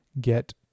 get